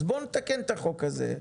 אז בוא נתקן את חוק הזה,